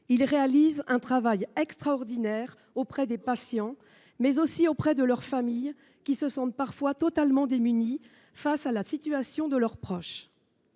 accomplissent un travail extraordinaire, non seulement auprès des patients, mais aussi auprès des familles, qui se sentent parfois totalement démunies face à la situation de leur proche.